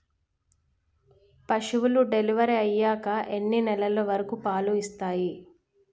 పశువులు డెలివరీ అయ్యాక ఎన్ని నెలల వరకు పాలు ఇస్తాయి?